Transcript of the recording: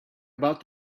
about